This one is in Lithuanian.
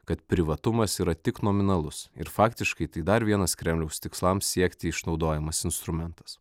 kad privatumas yra tik nominalus ir faktiškai tai dar vienas kremliaus tikslams siekti išnaudojamas instrumentas